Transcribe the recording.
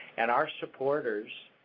and our supporters,